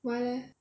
why leh